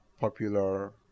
popular